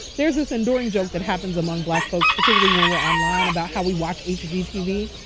there's this enduring joke that happens among black folks particularly when we're online about how we watch hgtv.